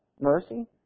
mercy